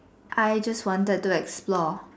I just wanted to like explore